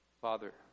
Father